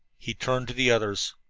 he turned to the others.